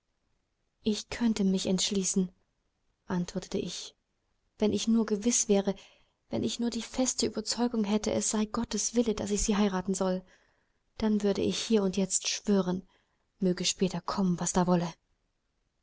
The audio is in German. ich könnte mich entschließen antwortete ich wenn ich nur gewiß wäre wenn ich nur die feste überzeugung hätte es sei gottes wille daß ich sie heiraten soll dann würde ich hier und jetzt schwören möge später kommen was da wolle